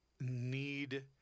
need